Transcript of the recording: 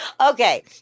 Okay